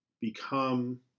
become